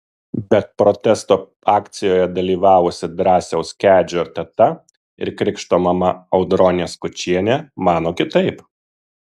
bet protesto akcijoje dalyvavusi drąsiaus kedžio teta ir krikšto mama audronė skučienė mano kitaip